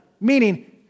Meaning